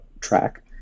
track